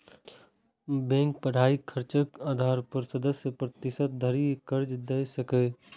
bank पढ़ाइक खर्चक आधार पर सय प्रतिशत धरि कर्ज दए सकैए